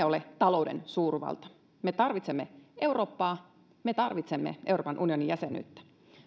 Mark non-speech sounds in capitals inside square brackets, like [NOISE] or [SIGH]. [UNINTELLIGIBLE] ole talouden suurvalta me tarvitsemme eurooppaa me tarvitsemme euroopan unionin jäsenyyttä